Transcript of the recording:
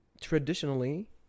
Traditionally